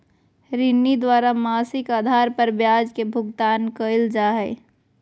ऋणी द्वारा मासिक आधार पर ब्याज के भुगतान कइल जा हइ